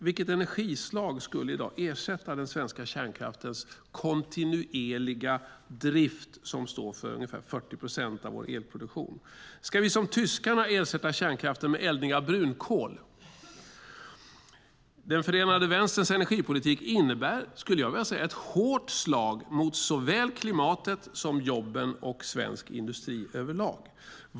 Vilket energislag skulle i dag ersätta den svenska kärnkraftens kontinuerliga drift som står för ungefär 40 procent av vår elproduktion? Ska vi som tyskarna ersätta kärnkraften med eldning av brunkol? Den förenade vänsterns energipolitik innebär, skulle jag vilja säga, ett hårt slag mot såväl klimatet som jobben och svensk industri över lag.